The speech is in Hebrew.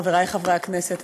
חברי חברי הכנסת,